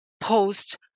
post